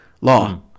Law